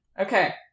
Okay